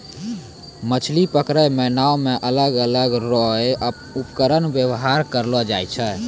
मछली पकड़ै मे नांव से अलग अलग रो उपकरण वेवहार करलो जाय छै